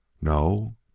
No